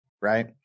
right